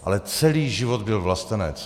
Ale celý život byl vlastenec.